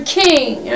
king